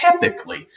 typically